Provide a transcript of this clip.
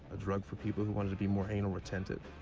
a drug for people who wanted to be more anal retentive?